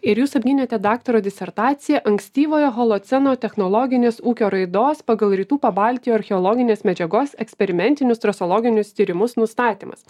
ir jūs apgynėte daktaro disertaciją ankstyvojo holoceno technologinės ūkio raidos pagal rytų pabaltijo archeologinės medžiagos eksperimentinius trasologinius tyrimus nustatymas